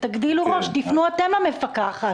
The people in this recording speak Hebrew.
תגדילו ראש, תפנו אתם למפקחת.